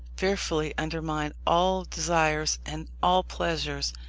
fearfully undermine all desires, and all pleasures,